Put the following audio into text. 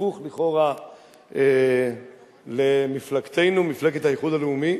ההפוך לכאורה למפלגתנו, מפלגת האיחוד הלאומי,